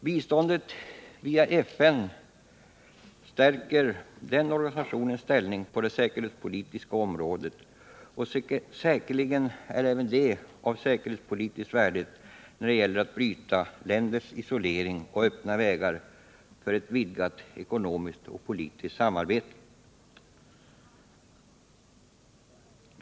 Biståndet via FN stärker den organisationens ställning på det säkerhetspolitiska området. Otvivelaktigt är det även av säkerhetspolitiskt värde att bryta länders isolering och öppna vägar för ett vidgat ekonomiskt och politiskt samarbete.